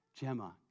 Gemma